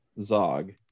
Zog